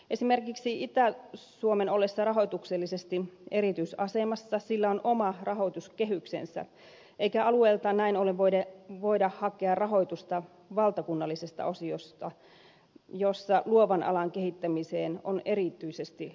esimerkiksi itä suomen ollessa rahoituksellisesti erityisasemassa sillä on oma rahoituskehyksensä eikä alueelta näin ollen voida hakea rahoitusta valtakunnallisesta osiosta jossa luovan alan kehittämiseen on erityisesti resursoitu